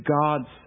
God's